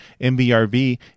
MBRV